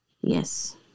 Yes